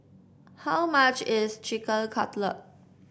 how much is Chicken Cutlet